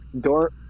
door